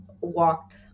walked